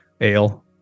ale